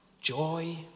joy